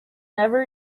never